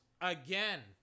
again